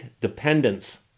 dependence